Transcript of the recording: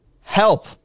Help